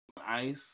Ice